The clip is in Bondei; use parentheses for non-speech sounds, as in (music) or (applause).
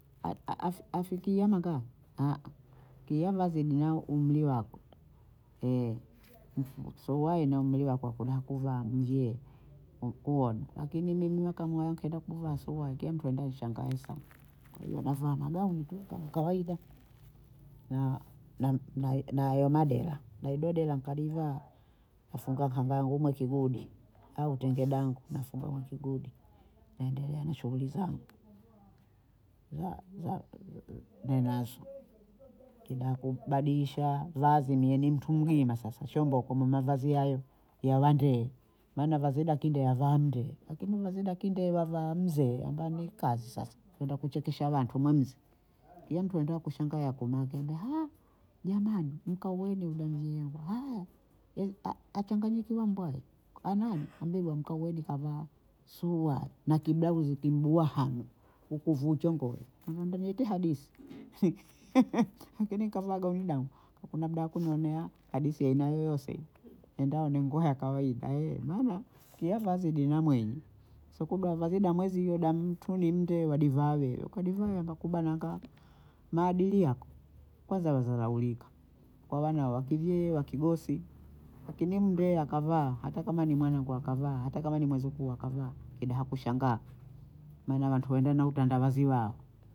(hesitation) aa- afi- a- afikia mangaa (hesitation) aa- kiavazedi na umri wako (hesitation) suyuayi na umri wako kuna kuvaa mvyee (hesitation) kuona lakini mimi mwakamwaya nkaenda kuvaa suyuayi kiya mtu aenda anshangae sana (hesitation) kwa hiyo navaa magauni tu kama kawaida (hesitation) naa- na- na hayo madela, na hido dela nkalivaa nafunga kanga yangu mwe kigudi au tenge dangu nafunga mwe kigudi naendelea na shughuli zangu (hesitation) yaa- zaa ninazo kidaha kubadiyisha vazi mie ni mtu mgima sasa shombo kwa mavazi hayo ya wandee maana vazi daki deya avaa mndee lakini mazida kindee wavaa mzee ambaye ni kazi sasa kwenda kuchekesha watu mwamze kiya mtu aenda kushangaa yako makenda (hesitation) jamani mkauweni huda nzee yengu haya (hesitation) ye- achanganyikiwa mbwayi hanani hambeba mkauweni kavaa suyuayi na kibrauzi kimbwahanu kukuvu chomboyi amba niete hadithi (laughs) lakini nkavaa gauni dangu kakuna muda wa kunionea hadithi ya aina yoyose enda ni nguo ya kawaida (hesitation) maana kiya vazi lina mwenye sio kudoa vazi da mwezi hiyo da mtu ni mnde wadivaa wehio kadivaa yabakubana nga maadili yako kwanza wadharaulika kwa wana wakivyee wakigosi. lakini mndee akavaa hata kama ni mwanangu akavaa hata kama ni mwizukuu akavaa kida hakushangaa maana watuenda na utandawazi wao